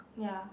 ya